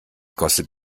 kostet